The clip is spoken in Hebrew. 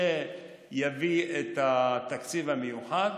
שיביא את התקציב המיוחד,